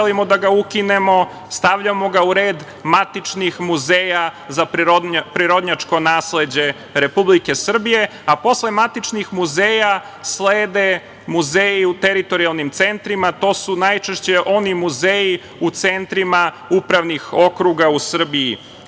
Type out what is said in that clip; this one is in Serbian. da ga ukinemo, stavljamo ga u red matičnih muzeja za prirodnjačko nasleđe Republike Srbije, a posle matičnih muzeja slede muzeji u teritorijalnim centrima. To su najčešće oni muzeji u centrima upravnih okruga u Srbiji. Svi